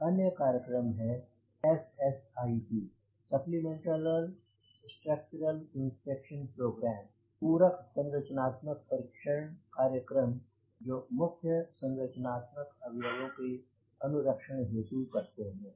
एक अन्य कार्यक्रम है SSIP पूरक संरचनात्मक परीक्षण कार्यक्रम जो मुख्य संरचनात्मक अवयवों के अनुरक्षण हेतु करते हैं